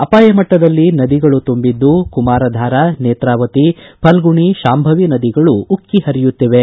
ಅಪಾಯಮಟ್ಟದಲ್ಲಿ ನದಿಗಳು ತುಂಬಿದ್ದು ಕುಮಾರಧಾರಾ ನೇತ್ರಾವತಿ ಫಲ್ಗುಣಿ ಶಾಂಭವಿ ನದಿಗಳು ಉಕ್ಕೆ ಪರಿಯುತ್ತಿವೆ